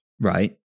right